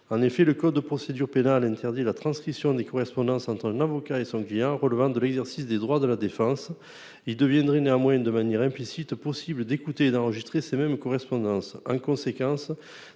100-5 du code de procédure pénale interdit la transcription des correspondances entre un avocat et son client relevant de l'exercice des droits de la défense, il serait néanmoins possible d'écouter et d'enregistrer ces mêmes correspondances. De telles